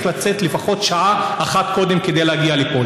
לצאת לפחות שעה אחת קודם כדי להגיע לפה.